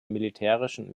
militärischen